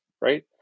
Right